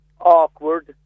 awkward